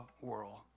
world